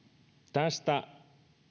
tästä